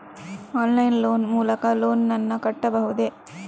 Online line ಮೂಲಕ loan ನನ್ನ ಕಟ್ಟಬಹುದೇ?